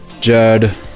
Judd